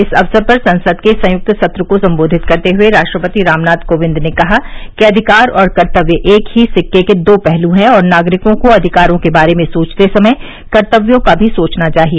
इस अवसर पर संसद के संयुक्त सत्र को संबोधित करते हुए राष्ट्रपति रामनाथ कोविंद ने कहा कि अधिकार और कर्तव्य एक ही सिक्के दो पहलू है और नागरिकों को अधिकारों के बारे में सोचते समय कर्तव्यों का भी सोचना चाहिए